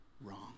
wrong